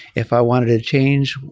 if i wanted to change,